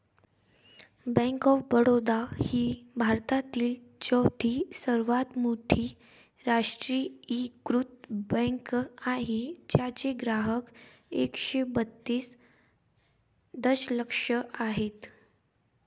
bank of Baroda ही भारतातील चौथी सर्वात मोठी राष्ट्रीयीकृत बँक आहे ज्याचे ग्राहक एकशे बत्तीस दशलक्ष आहेत